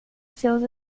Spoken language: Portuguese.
seus